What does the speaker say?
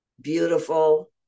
beautiful